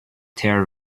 tear